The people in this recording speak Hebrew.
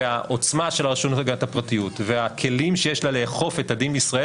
והעוצמה של הרשות להגנת הפרטיות והכלים שיש לה לאכוף את הדין בישראל,